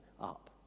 up